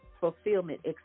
fulfillment